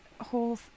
whole